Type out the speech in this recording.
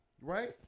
right